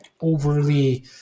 overly